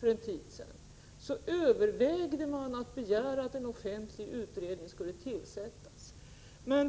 för en tid sedan övervägdes tanken på att begära att en offentlig utredning skulle tillsättas.